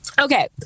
Okay